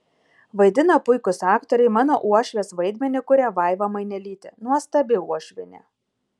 vaidina puikūs aktoriai mano uošvės vaidmenį kuria vaiva mainelytė nuostabi uošvienė